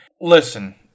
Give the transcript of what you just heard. Listen